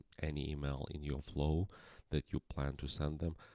any email in your flow that you plan to send them.